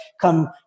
come